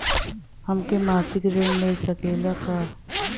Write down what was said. हमके मासिक ऋण मिल सकेला?